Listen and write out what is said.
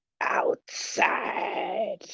outside